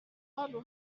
hano